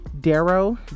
darrow